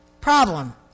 Problem